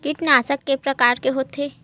कीटनाशक के प्रकार के होथे?